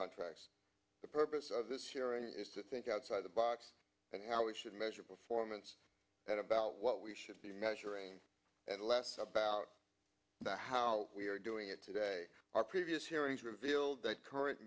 contracts the purpose of this hearing is to think outside the box and how we should measure performance and about what we should be measuring and less about how we are doing it today our previous hearings revealed that current